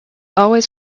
always